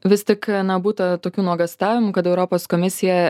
vis tik na būta tokių nuogąstavimų kad europos komisija